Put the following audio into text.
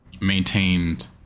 maintained